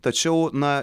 tačiau na